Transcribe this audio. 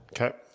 Okay